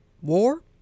War